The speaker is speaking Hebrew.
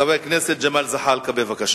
חבר הכנסת ג'מאל זחאלקה, בבקשה.